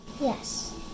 Yes